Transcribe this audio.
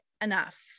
enough